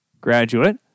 graduate